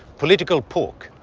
political pork,